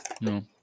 No